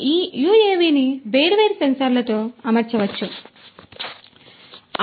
కాబట్టి ఈ యుఎవిని వేర్వేరు సెన్సార్లతో అమర్చవచ్చు ఇది అలాంటిది